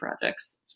projects